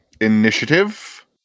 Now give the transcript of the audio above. Initiative